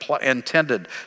intended